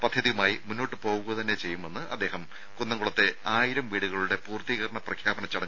പദ്ധതിയുമായി മുന്നോട് പോവുക തന്നെ ചെയ്യുമെന്ന് അദ്ദേഹം കുന്നംകുളത്തെ ആയിരം വീടുകളുടെ പൂർത്തീകരണ പ്രഖ്യാപന ചടങ്ങിൽ പറഞ്ഞു